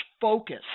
focus